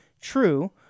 True